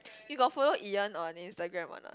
you got follow Ian on Instagram or not